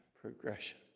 progression